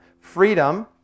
Freedom